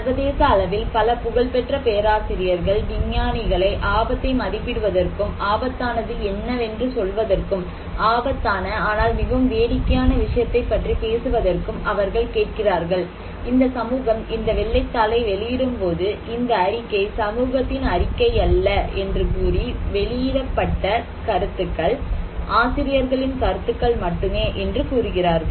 சர்வதேச அளவில் பல புகழ்பெற்ற பேராசிரியர்கள் விஞ்ஞானிகளை ஆபத்தை மதிப்பிடுவதற்கும் ஆபத்தானது என்னவென்று சொல்வதற்கும் ஆபத்தான ஆனால் மிகவும் வேடிக்கையான விஷயத்தைப் பற்றி பேசுவதற்கும் அவர்கள் கேட்கிறார்கள் இந்த சமூகம் இந்த வெள்ளைத்தாளை வெளியிடும்போது இந்த அறிக்கை சமூகத்தின் அறிக்கை அல்ல என்று கூறி வெளிப்படுத்தப்பட்ட கருத்துக்கள் ஆசிரியர்களின் கருத்துக்கள் மட்டுமே என்று கூறுகிறார்கள்